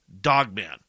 dogman